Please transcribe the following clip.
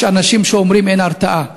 יש אנשים שאומרים שאין הרתעה.